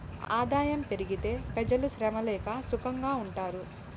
ఆదాయం పెరిగితే పెజలు శ్రమ లేక సుకంగా ఉంటారు